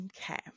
Okay